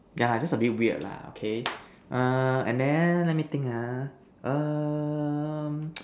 yeah just a bit weird lah okay err and then let me think ah um